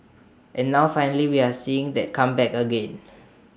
and now finally we're seeing that come back again